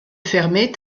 fermer